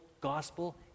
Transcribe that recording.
gospel